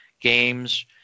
games